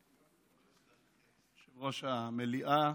יושב-ראש המליאה,